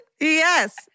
Yes